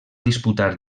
disputar